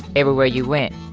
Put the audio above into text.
everywhere you went,